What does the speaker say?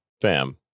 Fam